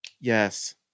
Yes